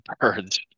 birds